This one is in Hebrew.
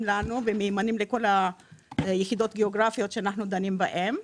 לנו ומהימנים לכל היחידות הגיאוגרפיות שאנחנו דנים בהן,